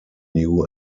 new